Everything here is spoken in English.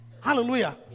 Hallelujah